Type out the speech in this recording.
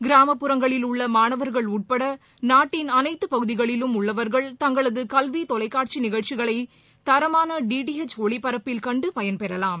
கிராமப்புறங்களில் உள்ள மாணவர்கள் உட்பட நாட்டின் அனைத்து பகுதிகளிலும் உள்ளவர்கள் தங்களது கல்வி தொலைக்காட்சி நிகழ்ச்சிகளை தரமான டி டி ஹெச் ஒளிபரப்பில் கண்டு பயன் பெறலாம்